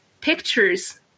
pictures